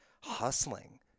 hustling